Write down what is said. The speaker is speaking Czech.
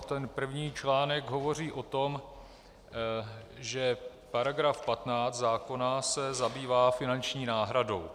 Ten první článek hovoří o tom, že § 15 zákona se zabývá finanční náhradou.